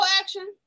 action